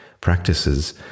practices